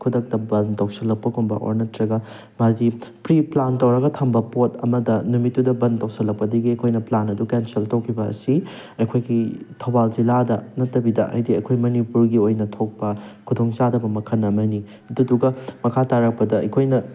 ꯈꯨꯗꯛꯇ ꯕꯟ ꯇꯧꯁꯜꯂꯛꯄꯒꯨꯝꯕ ꯑꯣꯔ ꯅꯠꯇ꯭ꯔꯒ ꯄ꯭ꯔꯤ ꯄ꯭ꯂꯥꯟ ꯇꯧꯔꯒ ꯊꯝꯕ ꯄꯣꯠ ꯑꯃꯗ ꯅꯨꯃꯤꯠꯇꯨꯗ ꯕꯟ ꯇꯧꯁꯜꯂꯛꯄꯗꯒꯤ ꯑꯩꯈꯣꯏꯅ ꯄ꯭ꯂꯥꯟ ꯑꯗꯨ ꯀꯦꯟꯁꯦꯜ ꯇꯧꯈꯤꯕ ꯑꯁꯤ ꯑꯩꯈꯣꯏꯒꯤ ꯊꯧꯕꯥꯜ ꯖꯤꯂꯥꯗ ꯅꯠꯇꯕꯤꯗ ꯍꯥꯏꯗꯤ ꯑꯩꯈꯣꯏ ꯃꯅꯤꯄꯨꯔꯒꯤ ꯑꯣꯏꯅ ꯊꯣꯛꯄ ꯈꯨꯗꯣꯡꯆꯥꯗꯕ ꯃꯈꯜ ꯑꯃꯅꯤ ꯑꯗꯨꯗꯨꯒ ꯃꯈꯥ ꯇꯥꯔꯛꯄꯗ ꯑꯩꯈꯣꯏꯅ